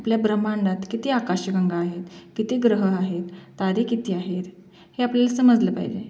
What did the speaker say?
आपल्या ब्रह्माण्डात किती आकाशगंगा आहेत किती ग्रह आहेत तारे किती आहेत हे आपल्याला समजलं पाहिजे